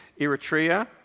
Eritrea